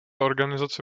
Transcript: organizace